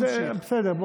בסדר.